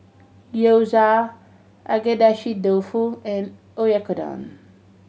Gyoza Agedashi Dofu and Oyakodon